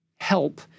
help